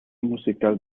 musical